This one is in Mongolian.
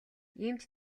иймд